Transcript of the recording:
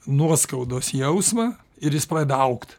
nuoskaudos jausmą ir jis pradeda augt